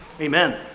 Amen